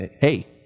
Hey